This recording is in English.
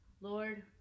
Lord